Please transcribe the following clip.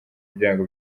ibyago